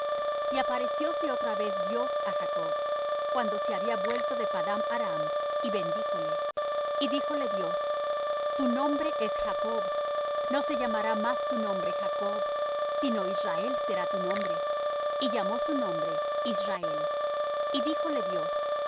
y aparecióse otra vez dios á jacob cuando se había vuelto de padan aram y bendíjole y díjole dios tu nombre es jacob no se llamará más tu nombre jacob sino israel será tu nombre y llamó su nombre israel y díjole dios